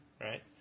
right